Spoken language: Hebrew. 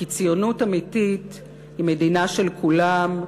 כי ציונות אמיתית היא מדינה של כולם,